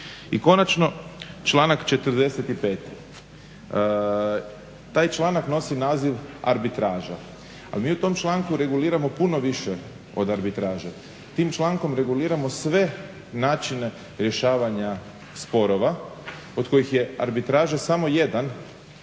I konačno članak 45., taj članak nosi naziv arbitraža, ali mi u tom članku reguliramo puno više od arbitraže. Tim člankom reguliramo sve načine rješavanja sporova od kojih je arbitraža samo jedan